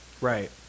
Right